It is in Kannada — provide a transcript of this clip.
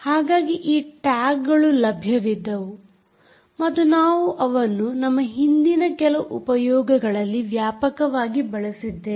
ಹಾಗಾಗಿ ಈ ಟ್ಯಾಗ್ಗಳು ಲಭ್ಯವಿದ್ದವು ಮತ್ತು ನಾವು ಅವನ್ನು ನಮ್ಮ ಹಿಂದಿನ ಕೆಲವು ಉಪಯೋಗಗಳಲ್ಲಿ ವ್ಯಾಪಕವಾಗಿ ಬಳಸಿದ್ದೇವೆ